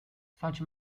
such